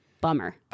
Bummer